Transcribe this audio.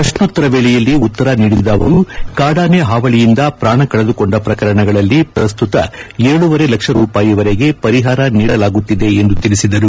ಪ್ರಶ್ನೋತ್ತರ ವೇಳೆಯಲ್ಲಿ ಉತ್ತರ ನೀಡಿದ ಅವರು ಕಾಡಾನೆ ಹಾವಳಿಯಿಂದ ಪ್ರಾಣ ಕಳೆದುಕೊಂಡ ಪ್ರಕರಣಗಳಲ್ಲಿ ಪ್ರಸ್ತುತ ಏಳೂವರೆ ಲಕ್ಷ ರೂಪಾಯಿವರೆಗೆ ಪರಿಹಾರ ನೀಡಲಾಗುತ್ತಿದೆ ಎಂದು ಹೇಳಿದರು